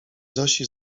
zosi